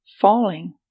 Falling